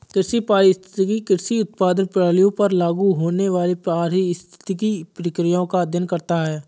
कृषि पारिस्थितिकी कृषि उत्पादन प्रणालियों पर लागू होने वाली पारिस्थितिक प्रक्रियाओं का अध्ययन करता है